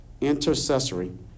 Intercessory